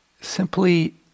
simply